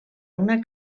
una